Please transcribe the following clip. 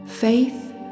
Faith